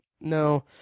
no